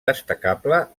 destacable